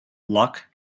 luck